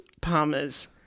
palmers